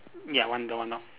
ya one door one door